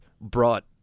brought